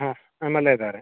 ಹಾಂ ನಮ್ಮಲ್ಲೇ ಇದ್ದಾರೆ